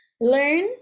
learn